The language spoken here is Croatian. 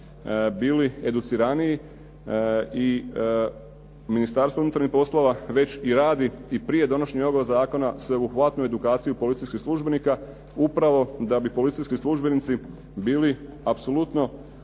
bili educiraniji i Ministarstvo unutarnjih poslova već i radi i prije donošenja ovog zakona sveobuhvatnu edukaciju policijskih službenika, upravo da bi policijski službenici bili apsolutno